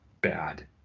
bad